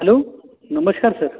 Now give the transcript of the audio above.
hello नमस्कार sir